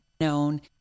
known